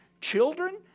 children